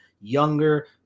younger